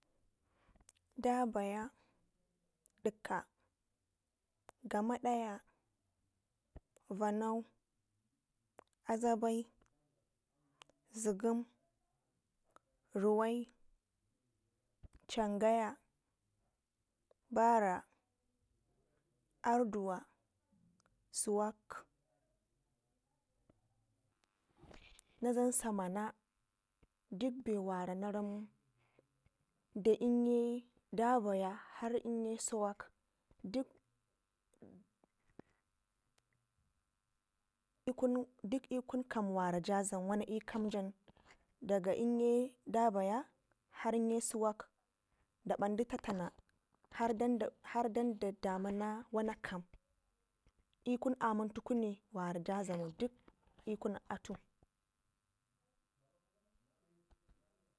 Dabay, dikka, gamadaya, vanau, azabai, zigɘm, ruwai, cangaya, bara, arduwa, suwak, na dlam samana dikbe wara na ramu de inye dabaya her inye sawak dik i'kun dik l'kun kam wara ja dlam wana l'kam jan daga lnye dabaya har lnye suwak dabandi tattana har dan har dan da dawda damu wa na kam l'kun aman tukune wara da dlamau dik l'kun ammantu.